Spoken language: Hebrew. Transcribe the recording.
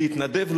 להתנדב,